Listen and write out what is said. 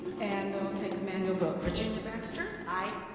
and i'll take a manual vote. virginia baxter? aye.